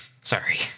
Sorry